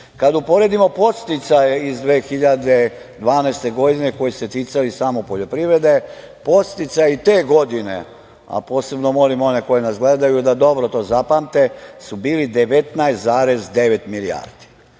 uporedimo podsticaje iz 2012. godine koji su se ticali samo poljoprivrede, podsticaji te godine, a posebno molim one koji nas gledaju da dobro to zapamte, bili su 19,9 milijardi.